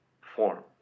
form